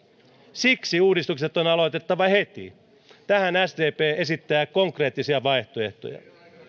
siksi uudistukset on aloitettava heti tähän sdp esittää konkreettisia vaihtoehtoja